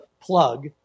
plug